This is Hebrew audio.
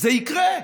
זה יקרה.